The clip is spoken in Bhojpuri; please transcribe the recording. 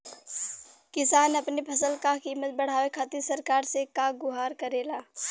किसान अपने फसल क कीमत बढ़ावे खातिर सरकार से का गुहार करेला?